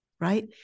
right